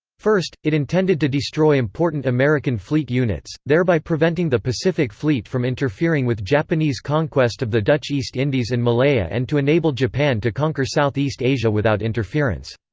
first, it intended to destroy important american fleet units, thereby preventing the pacific fleet from interfering with japanese conquest of the dutch east indies and malaya and to enable japan to conquer southeast asia without interference.